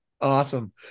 Awesome